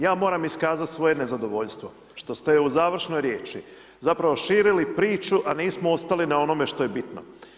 Ja moram iskazati svoje nezadovoljstvo što ste u završnoj riječi zapravo širili priču, a nismo ostali na onome što je bitno.